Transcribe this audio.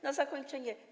Na zakończenie.